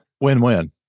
win-win